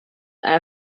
air